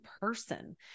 person